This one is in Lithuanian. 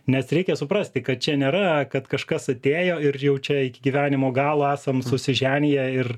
nes reikia suprasti kad čia nėra kad kažkas atėjo ir jau čia iki gyvenimo galo esam susiženiję ir